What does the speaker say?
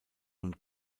nun